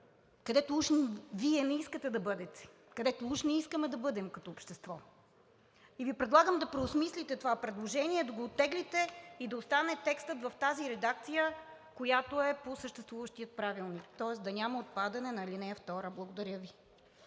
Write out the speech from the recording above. където уж Вие не искате да бъдете, където уж не искаме да бъдем като общество. Предлагам Ви да преосмислите това предложение, да го оттеглите и да остане текстът в редакцията, която е по съществуващия Правилник, тоест да няма отпадане на ал. 2. Благодаря Ви.